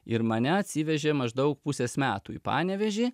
ir mane atsivežė maždaug pusės metų į panevėžį